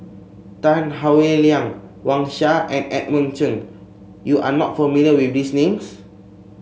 Tan Howe Liang Wang Sha and Edmund Cheng you are not familiar with these names